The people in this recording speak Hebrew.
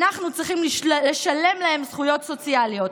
אנחנו צריכים לשלם להם זכויות סוציאליות.